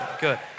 Good